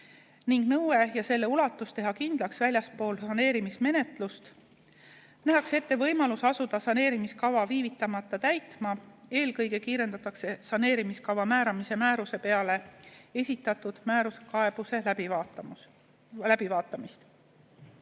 ning nõue ja selle ulatus teha kindlaks väljaspool saneerimismenetlust. Nähakse ette võimalus asuda saneerimiskava viivitamata täitma. Eelkõige kiirendatakse saneerimiskava määramise määruse peale esitatud määruskaebuse läbivaatamist.